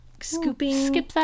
scooping